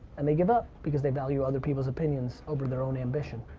and they give up because they value other people's opinions over their own ambition.